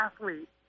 athlete